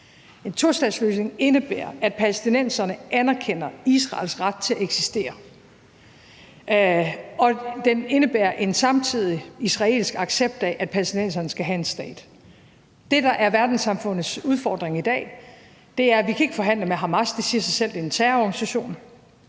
En tostatsløsning indebærer, at palæstinenserne anerkender Israels ret til at eksistere, og den indebærer en samtidig israelsk accept af, at palæstinenserne skal have en stat. Det, der er verdenssamfundets udfordring i dag, er, at vi ikke kan forhandle med Hamas – det siger sig selv, for det er en terrororganisation,